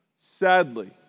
sadly